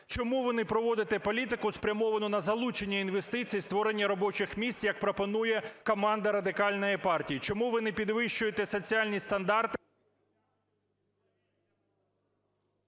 Чому ви не проводите політику, спрямовану на залучення інвестицій, створення робочих місць, як пропонує команда Радикальної партії? Чому ви не підвищуєте соціальні стандарти…